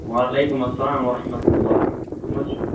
وعلیکُم سلام وَرحمتہ اللہ کٔم حظ چھُو